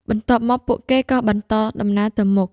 បន្ទាប់មក ពួកគេក៏បន្តដំណើរទៅមុខ។